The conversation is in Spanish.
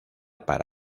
para